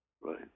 Right